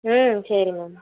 ம் சரி மேம்